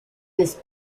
this